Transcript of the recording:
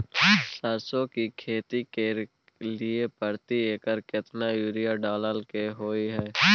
सरसो की खेती करे के लिये प्रति एकर केतना यूरिया डालय के होय हय?